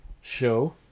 show